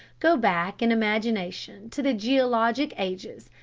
go back in imagination to the geologic ages,